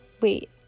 Wait